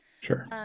Sure